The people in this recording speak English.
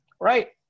right